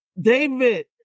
David